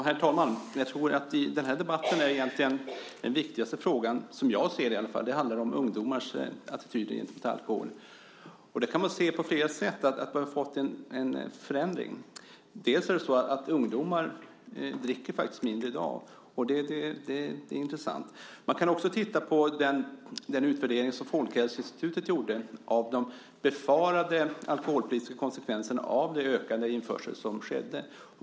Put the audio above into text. Herr talman! Jag tror att den viktigaste frågan i den här debatten, som jag ser det, handlar om ungdomars attityder till alkohol. Man kan se på flera sätt att vi har fått en förändring. Dels dricker ungdomar mindre i dag, och det är intressant. Dels kan man titta på den utvärdering som Folkhälsoinstitutet gjorde av de befarade alkoholpolitiska konsekvenserna av den ökade införsel som skedde.